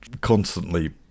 constantly